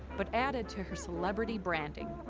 but added to her celebrity branding.